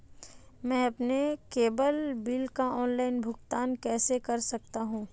मैं अपने cable bill का ऑनलाइन भुगतान कैसे कर सकता हूं?